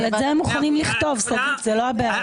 אבל את זה הם מוכנים לכתוב, שגית, זה לא הבעיה.